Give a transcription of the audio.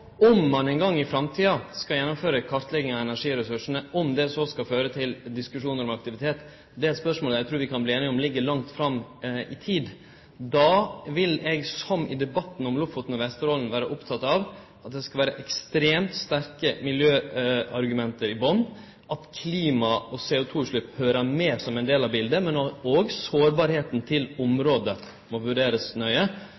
Om ein ein gong i framtida skal gjennomføre ei kartlegging av energiressursane, og om det så skal føre til diskusjonar om aktivitet, er spørsmål eg trur vi kan bli einige om ligg langt fram i tid. Då vil eg, som i debatten om Lofoten og Vesterålen, vere oppteken av at det skal vere ekstremt sterke miljøargument i botn, at klima- og CO2-utslepp høyrer med som ein del av biletet, men at òg sårbarheita til områda må vurderast nøye. Og